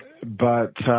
but,